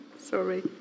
sorry